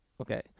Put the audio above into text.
okay